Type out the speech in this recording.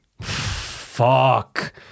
Fuck